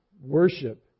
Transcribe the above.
worship